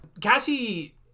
Cassie